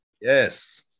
Yes